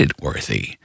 worthy